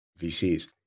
VCs